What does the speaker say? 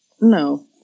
No